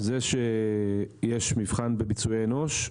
זה שיש מבחן בביצועי אנוש,